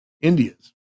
India's